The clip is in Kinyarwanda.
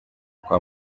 kwa